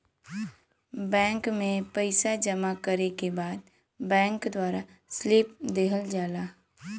bank में पइसा जमा करे के बाद बैंक द्वारा स्लिप दिहल जाला